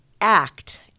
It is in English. act